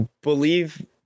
believe